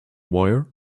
wire